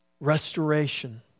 Restoration